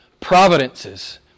providences